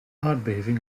aardbeving